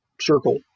circle